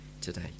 today